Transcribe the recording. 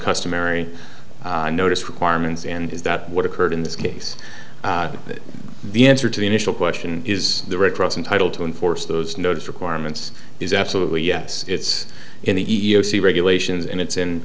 customary notice requirements and is that what occurred in this case the answer to the initial question is the red cross entitle to enforce those notes requirements is absolutely yes it's in the e e o c regulations and it's